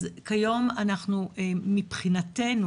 אז כיום אנחנו מבחינתנו,